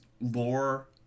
lore